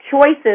choices